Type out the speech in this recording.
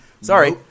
sorry